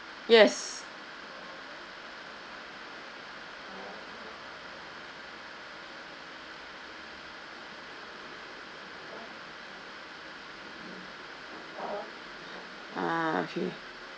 yes ah okay